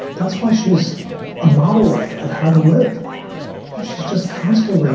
that's why she's a model of of how to live she's just constantly